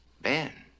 Ben